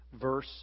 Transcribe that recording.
verse